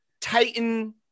Titan